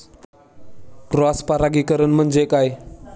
Cross परागीकरण म्हणजे काय?